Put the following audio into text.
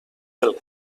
del